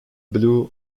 blue